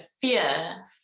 fear